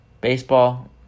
Baseball